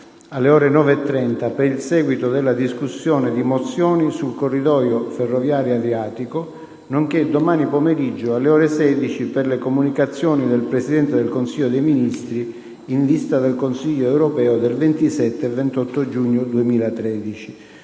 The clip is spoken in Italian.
alle ore 9,30, per il seguito della discussione di mozioni sul corridoio ferroviario Adriatico, nonche´ domani pomeriggio, alle ore 16, per le comunicazioni del Presidente del Consiglio dei ministri in vista del Consiglio europeo del 27 e 28 giugno 2013.